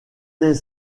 des